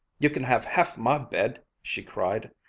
you can have half my bed! she cried,